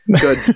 Good